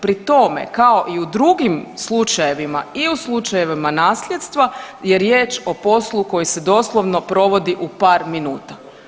Pri tome kao i u drugim slučajevima i u slučajevima nasljedstva je riječ o poslu koji se doslovno provodi u par minuta.